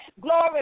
Glory